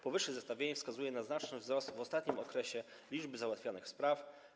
Powyższe zestawienie wskazuje na znaczny wzrost w ostatnim okresie liczby załatwianych spraw.